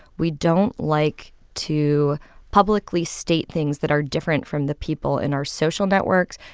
we don't like to publicly state things that are different from the people in our social networks.